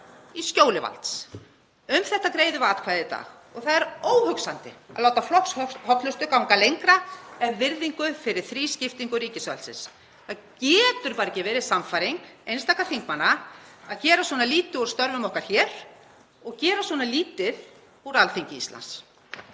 í skjóli valds? Um þetta greiðum við atkvæði í dag og það er óhugsandi að láta flokkshollustu ganga lengra en virðingu fyrir þrískiptingu ríkisvaldsins. Það getur bara ekki verið sannfæring einstakra þingmanna að gera svona lítið úr störfum okkar hér og gera svona lítið úr Alþingi Íslendinga.